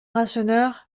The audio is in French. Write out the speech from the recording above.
rasseneur